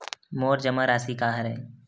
मोर जमा राशि का हरय?